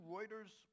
Reuters